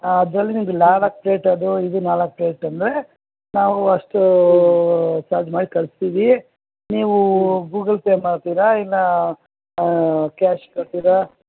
ಅದರಲ್ಲಿ ನಾಲ್ಕು ಪ್ಲೇಟ್ ಅದು ಅಂದರೆ ಇದು ನಾಲ್ಕು ಪ್ಲೇಟ್ ಅಂದರೆ ನಾವು ಅಷ್ಟು ಚಾರ್ಜ್ ಮಾಡಿ ಕಳಿಸ್ತೀವಿ ನೀವು ಗೂಗಲ್ ಪೇ ಮಾಡ್ತೀರಾ ಇಲ್ಲ ಕ್ಯಾಶ್ ಕಟ್ತೀರ